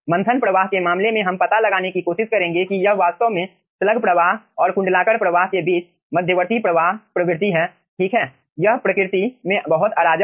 मंथन प्रवाह के मामले में हम पता लगाने की कोशिश करेंगे कि यह वास्तव में स्लग प्रवाह और कुंडलाकार प्रवाह के बीच मध्यवर्ती प्रवाह प्रवृत्ति है ठीक है यह प्रकृति में बहुत अराजक है